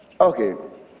Okay